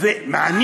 מה רע?